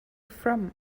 from